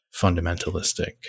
fundamentalistic